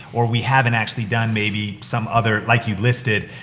or we haven't actually done maybe some other like you listed.